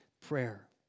Prayer